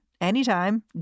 anytime